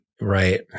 Right